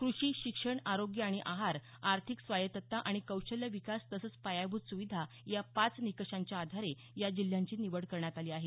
कृषी शिक्षण आरोग्य आणि आहार आर्थिक स्वायत्तता आणि कौशल्य विकास तसंच पायाभूत सुविधा या पाच निकषांच्या आधारे या जिल्ह्यांची निवड करण्यात आली आहे